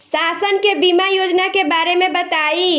शासन के बीमा योजना के बारे में बताईं?